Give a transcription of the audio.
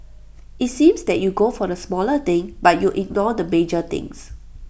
IT seems that you go for the smaller thing but you ignore the major things